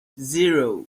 zero